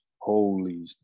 holy